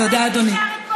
תודה, אדוני.